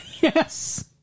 Yes